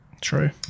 True